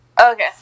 Okay